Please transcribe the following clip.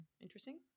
interesting